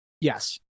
Yes